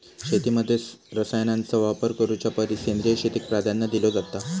शेतीमध्ये रसायनांचा वापर करुच्या परिस सेंद्रिय शेतीक प्राधान्य दिलो जाता